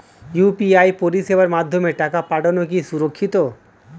UPI পরিষেবার মাধ্যমে টাকা পাঠানো কি সুরক্ষিত?